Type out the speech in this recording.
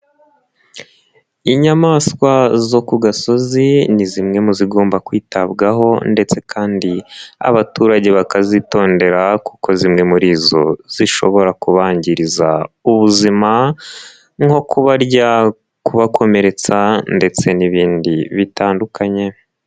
Inyamaswa zo ku gasozi ni zimwe mu zigomba kwitabwaho ndetse kandi abaturage bakazitondera kuko zimwe muri izo zishobora kubangiriza ubuzima nko kubarya, kubakomeretsa ndetse n'ibindi bitandukanye.